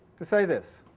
to say this